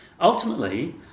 Ultimately